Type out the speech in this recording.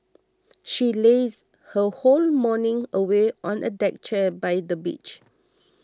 she lazed her whole morning away on a deck chair by the beach